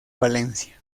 palencia